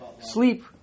sleep